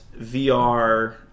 VR